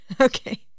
okay